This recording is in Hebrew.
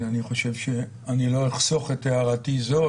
אני לא אחסוך את הערתי זו,